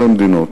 18 מדינות,